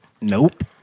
Nope